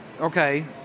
okay